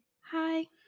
Hi